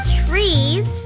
trees